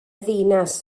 ddinas